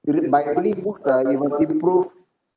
read by read books the it will improve